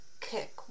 kick